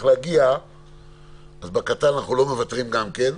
להגיע אז בקטן אנחנו לא מוותרים גם כן,